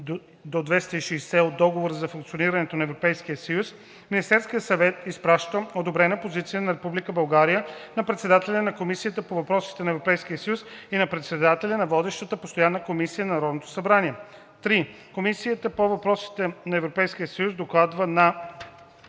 – 260 от Договора за функционирането на Европейския съюз, Министерският съвет изпраща одобрена позиция на Република България на председателя на Комисията по въпросите на Европейския съюз и на председателя на водещата постоянна комисия на Народното събрание. (3) Комисията по въпросите на Европейския съюз докладва на